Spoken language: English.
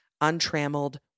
untrammeled